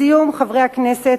חברי הכנסת,